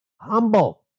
Humble